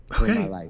Okay